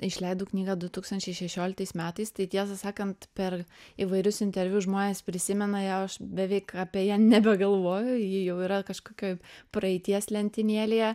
išleidau knygą du tūkstančiai šešioliktais metais tai tiesą sakant per įvairius interviu žmonės prisimena ją o aš beveik apie ją nebegalvoju ji jau yra kažkokioj praeities lentynėlėje